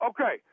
Okay